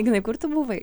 ignai kur tu buvai